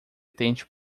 tente